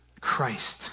Christ